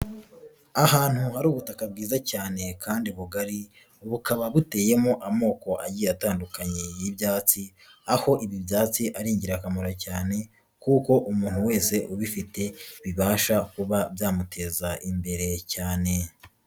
Ahantu hari ubutaka bwiza cyane kandi bugari, bukaba buteyemo amoko agiye atandukanye y'ibyatsi, aho ibi byatsi ari ingirakamaro cyane kuko umuntu wese ubifite bibasha kuba byamuteza imbere cyane.